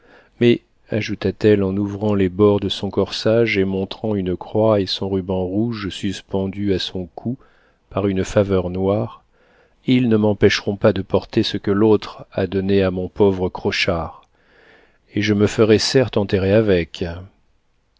mais ajouta-t-elle en ouvrant les bords de son corsage et montrant une croix et son ruban rouge suspendus à son cou par une faveur noire ils ne m'empêcheront pas de porter ce que l'autre a donné à mon pauvre crochard et je me ferai certes enterrer avec